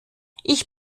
ich